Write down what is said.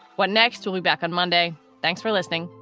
what next will be back on monday. thanks for listening.